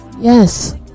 Yes